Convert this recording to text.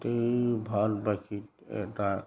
গোটেই ভাৰতবাসীক এটা